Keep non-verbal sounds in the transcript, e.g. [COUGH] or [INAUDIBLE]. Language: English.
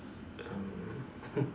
um [LAUGHS]